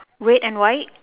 red and white